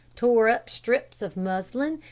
tore up strips of muslin,